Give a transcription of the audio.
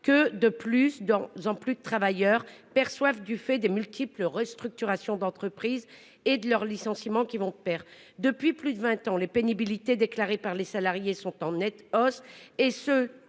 que de plus en plus de travailleurs perçoivent du fait des multiples restructurations d'entreprises et des licenciements qui vont avec. Depuis plus de vingt ans, la pénibilité déclarée par les salariés est en nette hausse,